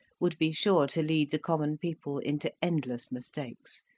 would be sure to lead the common people into endless mistakes,